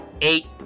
eight